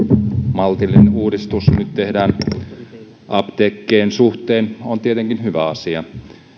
maltillinen uudistus nyt tehdään apteekkien suhteen on tietenkin hyvä asia